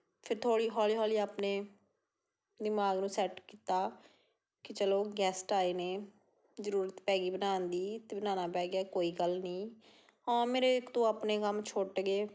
ਫਿਰ ਥੋੜ੍ਹੀ ਹੌਲੀ ਹੌਲੀ ਆਪਣੇ ਦਿਮਾਗ ਨੂੰ ਸੈਟ ਕੀਤਾ ਕਿ ਚਲੋ ਗੈਸਟ ਆਏ ਨੇ ਜ਼ਰੂਰਤ ਪੈ ਗਈ ਬਣਾਉਣ ਦੀ ਅਤੇ ਬਣਾਉਣਾ ਪੈ ਗਿਆ ਕੋਈ ਗੱਲ ਨਹੀਂ ਹਾਂ ਮੇਰੇ ਇੱਕ ਦੋ ਆਪਣੇ ਕੰਮ ਛੁੱਟ ਗਏ